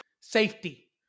Safety